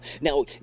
Now